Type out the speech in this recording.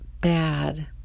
bad